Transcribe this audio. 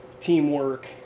teamwork